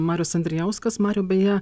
marius andrijauskas mariau beje